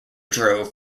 drove